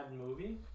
movie